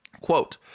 quote